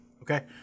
okay